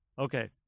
Okay